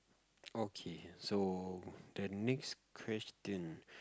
okay so the next question